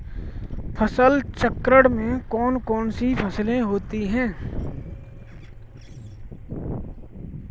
फसल चक्रण में कौन कौन सी फसलें होती हैं?